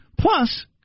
Plus